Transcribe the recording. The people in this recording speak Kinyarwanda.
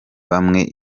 bamwe